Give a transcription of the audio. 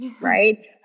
Right